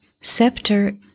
Scepter